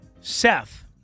Seth